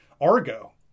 Argo